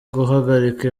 guhagarika